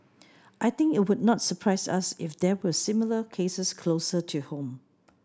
I think it would not surprise us if there were similar cases closer to home